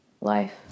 life